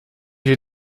j’ai